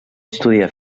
estudià